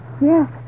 Yes